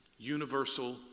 universal